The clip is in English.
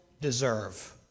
deserve